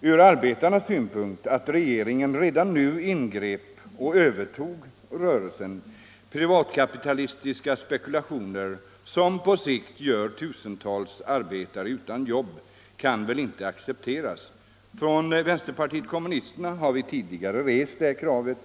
ur arbetarnas synpunkt att regeringen redan nu ingrep och övertog rörelsen? Privatkapitalistiska spekulationer som på sikt ställer tusentals arbetare utan jobb kan väl inte accepteras. Från vänsterpartiet kommunisterna har vi tidigare rest det här kravet.